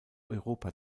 europa